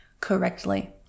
correctly